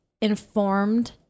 informed